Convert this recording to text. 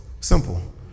simple